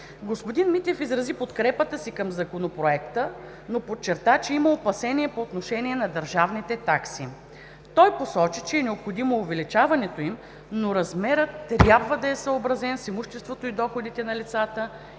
Господин Митев изрази подкрепа си към Законопроекта, но подчерта, че има опасение по отношение на държавните такси. Той посочи, че е необходимо увеличаването им, но размерът трябва да е съобразен с имуществото и доходите на лицата